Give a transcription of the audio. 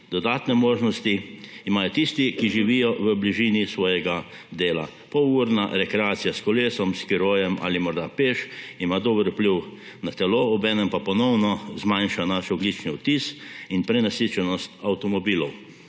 Dodatne možnosti imajo tisti, ki živijo v bližini svojega dela; polurna rekreacija s kolesom, skirojem ali morda peš ima dober vpliv na telo, obenem pa ponovno zmanjša naš ogljični odtis in prenasičenost avtomobilov.